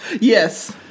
Yes